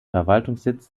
verwaltungssitz